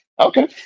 Okay